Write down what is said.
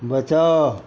बचाउ